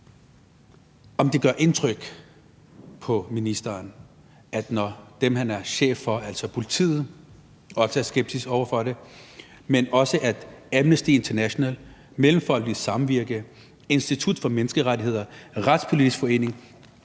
om det gør indtryk på ministeren, at dem, han er chef for, altså politiet, også er skeptiske over for det, men også at Amnesty International, Mellemfolkeligt Samvirke, Institut for Menneskerettigheder, Retspolitisk Forening